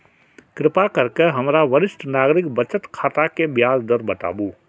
कृपा करके हमरा वरिष्ठ नागरिक बचत योजना के ब्याज दर बताबू